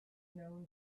known